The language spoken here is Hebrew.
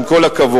עם כל הכבוד.